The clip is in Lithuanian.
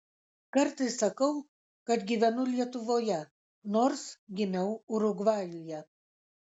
kartais sakau kad gyvenu lietuvoje nors gimiau urugvajuje